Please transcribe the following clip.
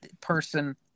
person